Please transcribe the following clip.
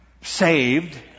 saved